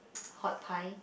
hot pie